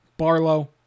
Barlow